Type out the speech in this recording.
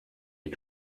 est